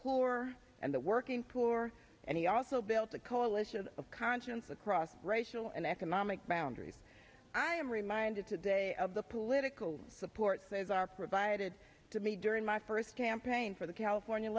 poor and the working poor and he also built a coalition of conscience across racial and economic boundaries i am reminded today of the political support says are provided to me during my first campaign for the california